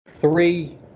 Three